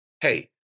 Hey